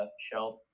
shelf